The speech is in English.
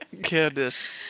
Goodness